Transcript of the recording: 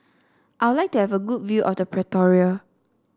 I would like to have a good view of Pretoria